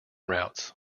routes